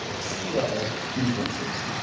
sea level influencers.